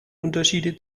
unterschiede